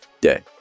day